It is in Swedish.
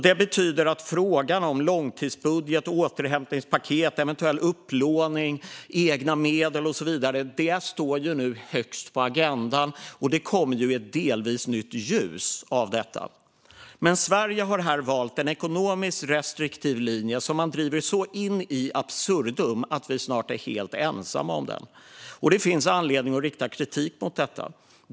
Det betyder att frågor om långtidsbudget, återhämtningspaket, eventuell upplåning, egna medel, och så vidare nu står högst på agendan och kommer i ett delvis nytt ljus till följd av detta. Sverige har här valt en ekonomiskt restriktiv linje som man driver så in absurdum att vi snart är helt ensamma om den. Det finns anledning att rikta kritik mot detta.